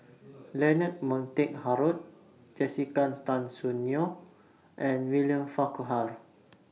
Leonard Montague Harrod Jessica's Tan Soon Neo and William Farquhar